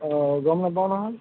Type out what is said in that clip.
অঁ গম নাপাওঁ নহয়